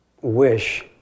wish